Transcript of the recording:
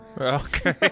Okay